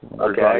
Okay